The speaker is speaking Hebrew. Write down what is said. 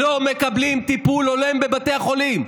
לא מקבלים טיפול הולם בבתי החולים.